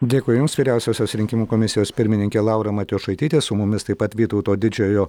dėkui jums vyriausiosios rinkimų komisijos pirmininkė laura matjošaitytė su mumis taip pat vytauto didžiojo